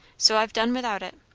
so i've done without it.